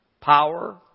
power